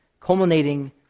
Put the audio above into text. culminating